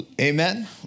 Amen